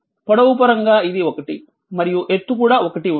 పొడవు పరంగా ఇది ఒకటి మరియు ఎత్తు కూడా ఒకటి ఉంది